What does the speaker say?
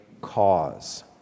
cause